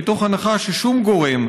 מתוך הנחה ששום גורם,